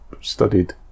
studied